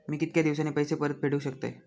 मी कीतक्या दिवसांनी पैसे परत फेडुक शकतय?